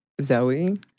Zoe